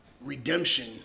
redemption